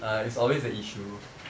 ah it's always the issue